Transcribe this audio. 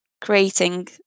creating